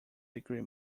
degree